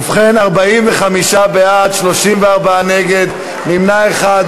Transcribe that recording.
ובכן, 45 בעד, 34 נגד, נמנע אחד.